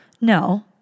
No